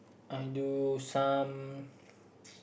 I do some